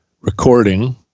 recording